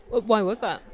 why was that?